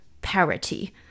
parity